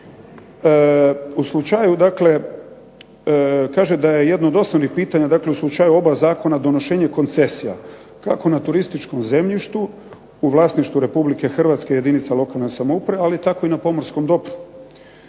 U slučaju dakle kaže da je jedno od osnovnih pitanja, dakle u slučaju oba zakona donošenje koncesija kako na turističkom zemljištu u vlasništvu Republike Hrvatske i jedinica lokalne samouprave, ali tako i na pomorskom dobru.